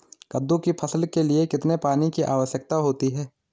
कद्दू की फसल के लिए कितने पानी की आवश्यकता होती है?